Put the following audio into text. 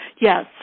yes